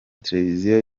televisiyo